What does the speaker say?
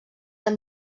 amb